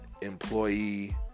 employee